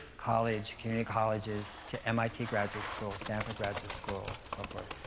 college, community colleges to mit graduate school, stanford graduate school, so forth.